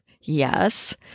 Yes